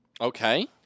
Okay